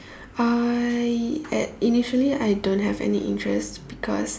I at initially I don't have any interest because